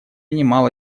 немало